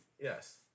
Yes